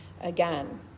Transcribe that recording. again